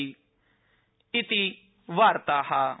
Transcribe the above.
इति वार्ता